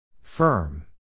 Firm